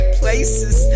places